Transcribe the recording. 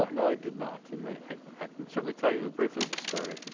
um no, i did not and i i can certainly tell you briefly the story,